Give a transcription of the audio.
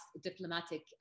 diplomatic